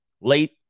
Late